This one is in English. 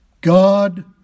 God